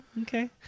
okay